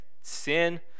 Sin